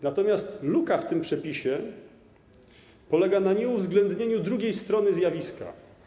Natomiast luka w tym przepisie polega na nieuwzględnieniu drugiej strony zjawiska.